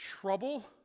trouble